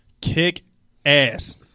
kick-ass